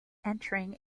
entering